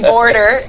Border